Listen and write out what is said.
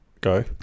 Go